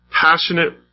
passionate